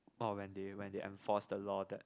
or when they when they enforce the law that